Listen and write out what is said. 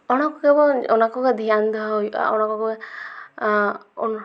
ᱚᱱᱟ ᱠᱚᱜᱮ ᱵᱚᱱ ᱫᱷᱮᱭᱟᱱ ᱫᱚᱦᱚ ᱦᱩᱭᱩᱜᱼᱟ ᱚᱱᱟ ᱠᱚᱜᱮ ᱚᱱᱟ